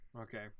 Okay